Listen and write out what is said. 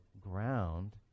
ground